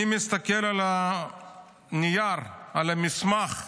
אני מסתכל על הנייר, על המסמך,